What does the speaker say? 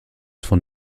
von